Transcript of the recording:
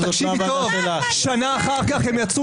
תקשיבי טוב ------- שנה אחר כך הם יצאו